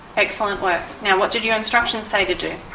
excellent work. now what did your instructions say to do?